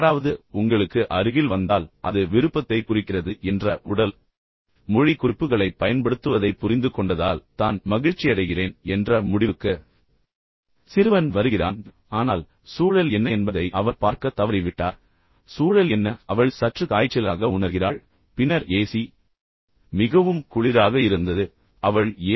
யாராவது உங்களுக்கு அருகில் வந்தால் அது விருப்பத்தை குறிக்கிறது என்ற உடல் மொழி குறிப்புகளைப் பயன்படுத்துவதைப் புரிந்துகொண்டதால் தான் மகிழ்ச்சியடைகிறேன் என்ற முடிவுக்கு சிறுவன் வந்து பின் குதிக்கிறான் ஆனால் சூழல் என்ன என்பதை அவர் பார்க்கத் தவறிவிட்டார் சூழல் என்ன அவள் சற்று காய்ச்சலாக உணர்கிறாள் பின்னர் ஏசி மிகவும் குளிராக இருந்தது அவள் ஏ